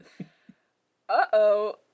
Uh-oh